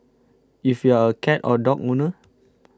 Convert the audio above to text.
if you are a cat or dog owner